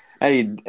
Hey